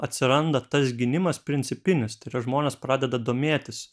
atsiranda tas gynimas principinis tie žmonės pradeda domėtis